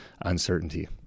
uncertainty